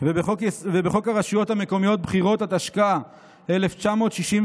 ובחוק הרשויות המקומיות (בחירות), התשכ"ה 1965,